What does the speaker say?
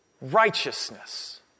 righteousness